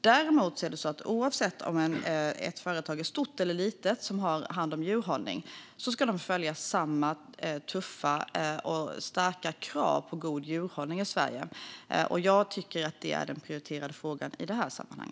Däremot ska företagen i Sverige, oavsett om de är stora eller små, leva upp till samma tuffa och starka krav på god djurhållning. Jag tycker att det är den prioriterade frågan i detta sammanhang.